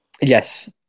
yes